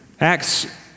Acts